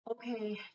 Okay